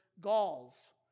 Gauls